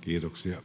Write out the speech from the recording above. Kiitoksia.